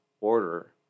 order